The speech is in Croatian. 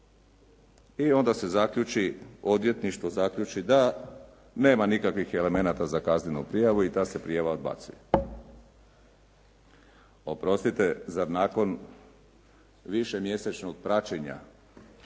i onda se zaključi, odvjetništvo zaključi da nema nikakvih elemenata za kaznenu prijavu i ta se prijava odbacuje. Oprostite, zar nakon višemjesečnog praćenja